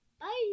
Bye